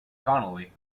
connolly